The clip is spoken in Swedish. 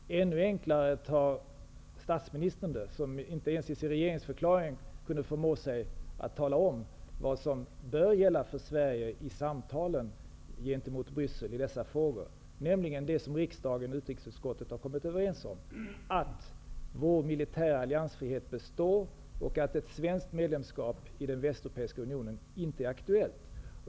Ännu lättare tar statsministern på frågan, som inte ens i sin regeringsförklaring kunde förmå sig att tala om vad som bör gälla för Sverige i samtalen med Bryssel i dessa frågor, nämligen det som riksdagen, i utrikesutskottet, har kommit överens om, att vår militära alliansfrihet består och att ett svenskt medlemskap i den västeuropeiska unionen inte är aktuellt.